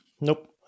Nope